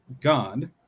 God